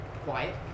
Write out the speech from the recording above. Quiet